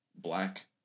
black